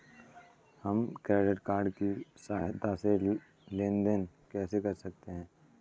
हम credit card की सहायता से लेन देन कैसे कर सकते हैं?